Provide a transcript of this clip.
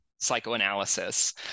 psychoanalysis